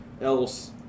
else